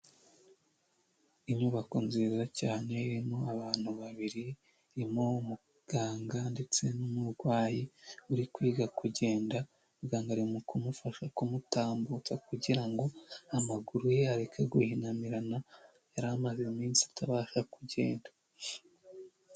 Inyubako nziza cyane irimo abantu babiri, irimo umuganga ndetse n'umurwayi uri kwiga kugenda muganga ari kumufasha kutambutsa kugira ngo amaguru ye areke guhinamirana yari amaze iminsi atabasha kugenda.